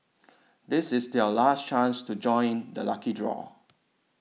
this is your last chance to join the lucky draw